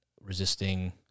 resisting